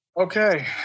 Okay